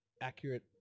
accurate